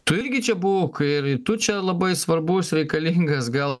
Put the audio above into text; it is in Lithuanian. tu irgi čia būk ir tu čia labai svarbus reikalingas gal